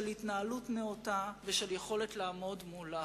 התנהלות נאותה ושל יכולת לעמוד מול לחץ.